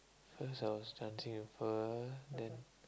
first I was dancing with her then